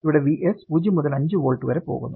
ഇവിടെ Vs 0 മുതൽ 5 volt വരെ പോകുന്നു